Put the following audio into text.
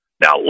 Now